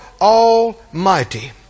Almighty